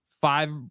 five